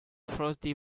frosty